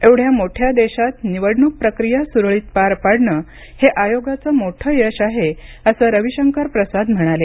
एवढ्या मोठ्या देशात निवडणूक प्रक्रिया सुरळीत पार पाडणं हे आयोगाचं मोठं यश आहे असं रवीशंकर प्रसाद म्हणाले